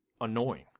annoying